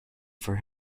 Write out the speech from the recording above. for